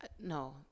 No